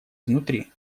изнутри